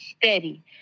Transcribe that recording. steady